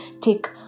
take